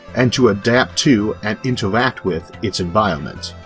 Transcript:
and to adapt to and interact with its environment.